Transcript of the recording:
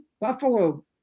Buffalo